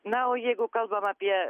na o jeigu kalbam apie